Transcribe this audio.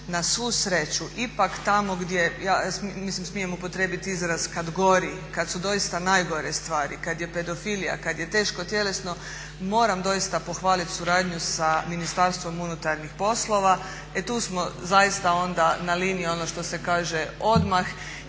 na svu sreću ipak tamo gdje, mislim smijem upotrijebiti izraz kad gori, kad su doista najgore stvari, kad je pedofilija, kad je teško tjelesno, moram doista pohvaliti suradnju sa Ministarstvom unutarnjih poslova. E tu smo zaista onda na liniji ono što se kaže odmah